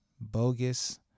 bogus